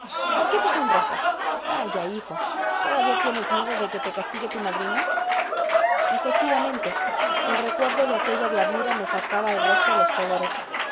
por que te sonrojas vaya hijo todavía tienes miedo de que te castigue tu madrina efectivamente el recuerdo de aquella diablura me sacaba al rostro los colores